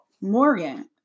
morgan